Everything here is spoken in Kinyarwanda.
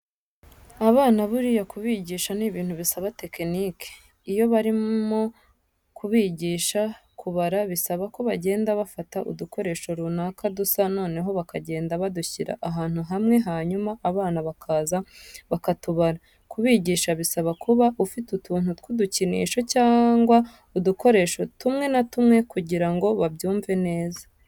Abana buriya kubigisha ni ibintu bisaba tekenike. Iyo barimo kubigisha kubara bisaba ko bagenda bafata udukoresho runaka dusa noneho bakagenda badushyira ahantu hamwe hanyuma abana bakaza bakatubara. Kubigisha bisaba kuba ufite utuntu tw'udukinisho cyangwa udukoresho tumwe na tumwe kugira ngo babyumve neza.